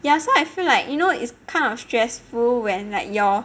ya so I feel like you know it's kind of stressful when like your